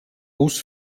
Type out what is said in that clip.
bus